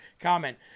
comment